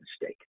mistake